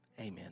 amen